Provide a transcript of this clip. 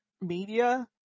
media